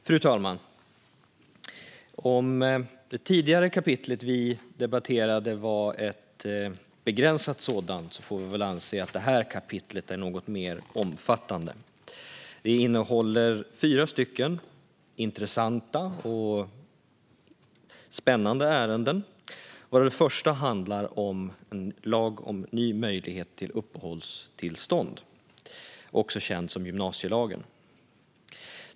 Fru talman! Om det tidigare kapitlet vi debatterade var ett begränsat sådant får vi väl anse att detta är något mer omfattande. Det innehåller fyra intressanta och spännande ärenden, varav det första handlar om en lag om ny möjlighet till uppehållstillstånd, också känd som gymnasielagen.